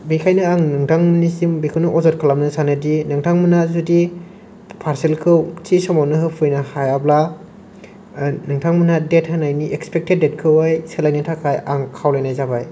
बेखायनो आं नोंथांमोननिसिम बेखौनो अजद खालामनो सानो दि नोंथांमोना जुदि पार्सेलखौ थि समावनो होफैनो हायाब्ला नोंथांमोना डेट होनायनि एक्सपेक्टेड डेटखौहाय सोलायनो थाखाय आं खावलायनाय जाबाय